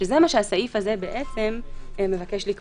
שזה מה שהסעיף הזה מבקש למעשה לקבוע.